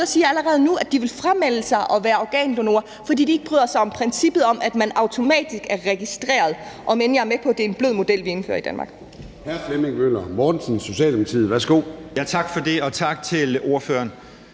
ude at sige, at de framelder sig at være organdonor, fordi de ikke bryder sig om princippet om, at man automatisk er registreret, om end jeg er med på, at det er en blød model, vi indfører i Danmark.